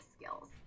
skills